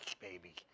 baby